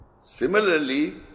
similarly